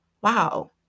wow